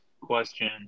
question